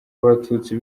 abatutsi